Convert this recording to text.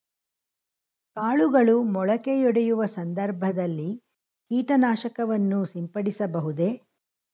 ಕಾಳುಗಳು ಮೊಳಕೆಯೊಡೆಯುವ ಸಂದರ್ಭದಲ್ಲಿ ಕೀಟನಾಶಕವನ್ನು ಸಿಂಪಡಿಸಬಹುದೇ?